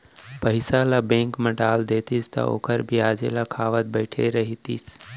पइसा ल बेंक म डाल देतिस त ओखर बियाजे ल खावत बइठे रहितिस